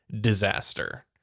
disaster